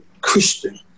Christian